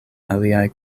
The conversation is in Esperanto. aliaj